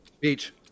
Beach